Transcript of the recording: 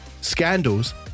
scandals